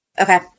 Okay